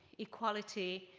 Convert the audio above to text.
equality